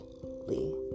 Lee